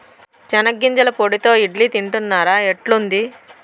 చెనిగ్గింజల పొడితో ఇడ్లీ తింటున్నారా, ఎట్లుంది